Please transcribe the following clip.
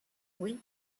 oui